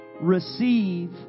receive